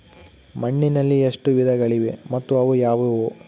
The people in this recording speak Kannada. ಮಣ್ಣಿನಲ್ಲಿ ಎಷ್ಟು ವಿಧಗಳಿವೆ ಮತ್ತು ಅವು ಯಾವುವು?